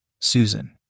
Susan